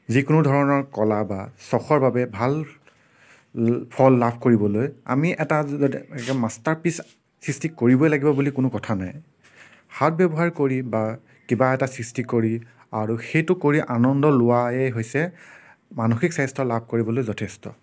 যিকোনো ধৰণৰ কলা বা ছখৰ বাবে ভাল ফল লাভ কৰিবলৈ আমি এটা মাষ্টাৰ পিছ সৃষ্টি কৰিবই লাগিব বুলি কোনো কথা নাই সৎ ব্য়ৱহাৰ কৰি বা কিবা এটা সৃষ্টি কৰি আৰু সেইটো কৰি আনন্দ লোৱায়েই হৈছে মানসিক স্বাস্থ্য় লাভ কৰিবলৈ যথেষ্ট